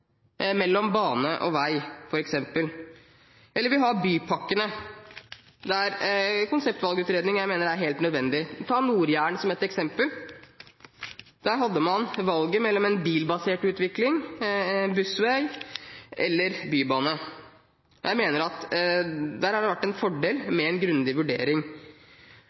mellom bane og vei, eller vi har bypakkene, der jeg mener konseptvalgutredning er helt nødvendig. Ta Nord-Jæren som et eksempel. Der hadde man valget mellom en bilbasert utvikling, bussvei eller bybane. Jeg mener at det der har vært en fordel med en grundig vurdering.